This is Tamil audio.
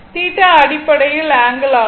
θ அடிப்படையில் ஆங்கிள் ஆகும்